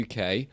UK